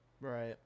right